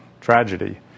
tragedy